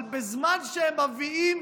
אבל בזמן שהם מביאים